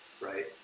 right